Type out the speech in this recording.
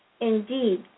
indeed